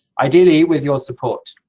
ideally, with your support.